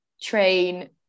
train